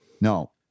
No